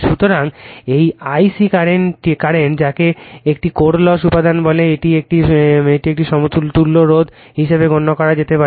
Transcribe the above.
সুতরাং এই Ic current যাকে একটি কোর লস উপাদান বলে তাই এটিকে একটি তুল্য রোধ হিসাবে গণ্য করা যেতে পারে